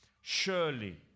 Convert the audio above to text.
Surely